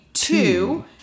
Two